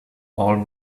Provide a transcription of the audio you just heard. all